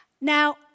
Now